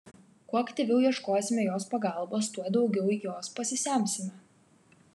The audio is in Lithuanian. kuo aktyviau ieškosime jos pagalbos tuo daugiau jos pasisemsime